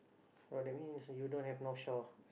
ah that means you don't have Northshore